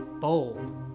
Bold